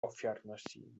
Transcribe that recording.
ofiarności